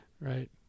Right